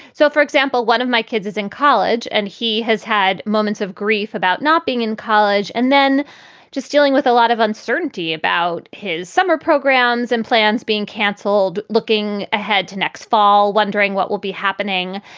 so, for example, one of my kids is in college and he has had moments of grief about not being in college and then just dealing with a lot of uncertainty about his summer programs and plans being canceled. looking ahead to next fall, wondering what will be happening.